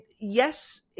yes